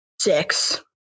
six